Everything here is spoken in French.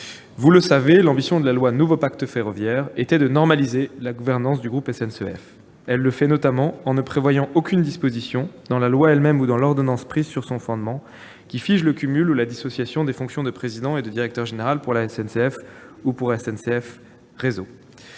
Vous le savez, l'ambition de la loi Nouveau pacte ferroviaire était de normaliser la gouvernance du groupe SNCF. Elle le fait, notamment, en ne prévoyant aucune disposition, dans la loi elle-même ou dans l'ordonnance prise sur son fondement, qui fige le cumul ou la dissociation des fonctions de président et de directeur général pour la SNCF ou pour SNCF Réseau.